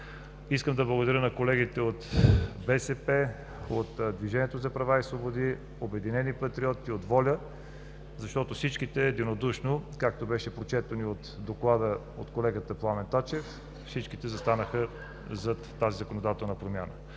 Искам да благодаря на колегите от БСП, от Движението за права и свободи, от „Обединени патриоти“, от „Воля“, защото всички единодушно, както беше прочетено и в доклада от колегата Пламен Тачев, всички застанаха зад тази законодателна промяна.